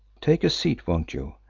take a seat, won't you,